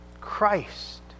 Christ